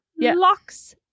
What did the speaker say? Locks